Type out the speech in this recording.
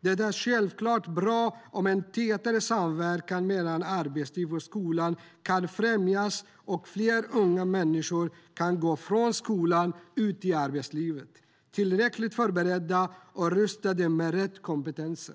Det är självklart bra om en tätare samverkan mellan arbetsliv och skola kan främjas och fler unga människor kan gå från skolan ut i arbetslivet tillräckligt förberedda och rustade med rätt kompetens.